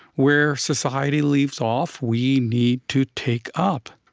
where society leaves off, we need to take up.